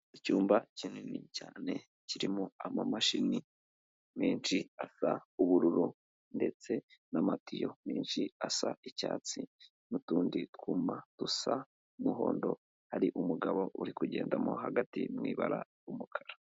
Icyumba kinini cyane kirimo amamashini menshi asa ubururu ndetse n'amatiyo menshi asa icyatsi n'utundi twuma dusa umuhondo hari umugabo uri kugendamo hagati mu ibara ry'umukara.